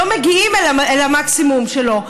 לא מגיעים אל המקסימום שלו,